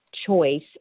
choice